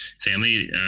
family